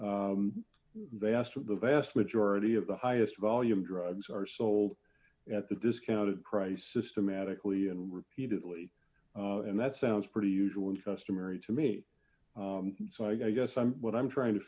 they asked what the vast majority of the highest volume drugs are sold at the discounted price systematically and repeatedly and that sounds pretty usual and customary to me so i guess i'm what i'm trying to